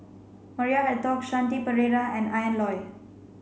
Maria Hertogh Shanti Pereira and Ian Loy